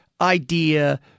idea